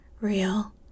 real